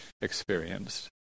experienced